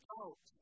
out